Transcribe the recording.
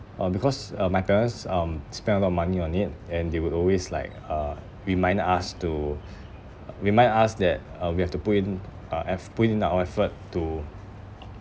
uh because uh my parents um spend a lot of money on it and they would always like uh remind us to remind us that uh we have to put in uh I've to put in the uh effort to